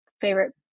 favorite